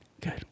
good